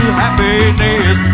happiness